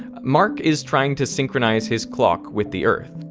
mark is trying to synchronize his clock with the earth.